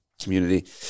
community